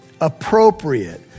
appropriate